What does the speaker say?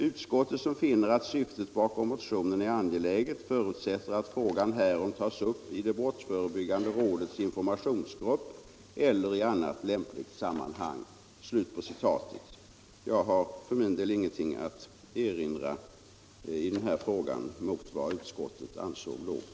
Utskottet, som finner att syftet bakom motionen är angeläget, förutsätter att frågan härom tas upp i det brottsförebyggande rådets informationsgrupp eller i annat lämpligt sammanhang.” Jag har för min del ingenting att erinra mot vad utskottet här skrivit.